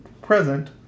present